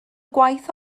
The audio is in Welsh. gwaith